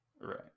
Right